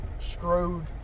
screwed